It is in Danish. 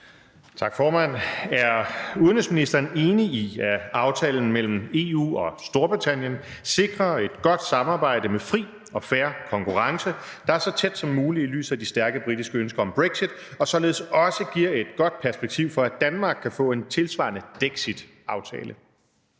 Tak, formand. Er udenrigsministeren enig i, at aftalen mellem EU og Storbritannien sikrer et godt samarbejde med fri og fair konkurrence, der er så tæt som muligt i lyset af de stærke britiske ønsker om brexit, og således også giver et godt perspektiv for, at Danmark kan få en tilsvarende dexit-aftale?